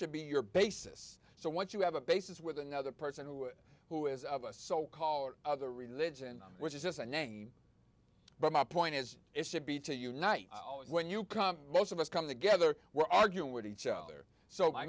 should be your basis so once you have a basis with another person who who is of a so called other religion which is just a name but my point is it should be to unite when you come most of us come together we're arguing with each other so i